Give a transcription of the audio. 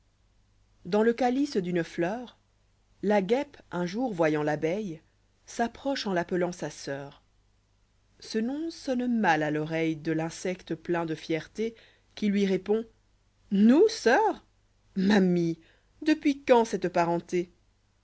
dahs le calice d'une fleur la guêpe un jour voyant l'abeille s'approche en l'appelant sa soeur ce nom sonne mal à l'oreille de l'insecte plein de fierté qui lui répond nous soeurs m mie depuis quand cette parenté